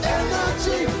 energy